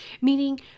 meaning